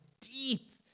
deep